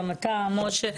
גם אתה משה.